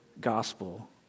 gospel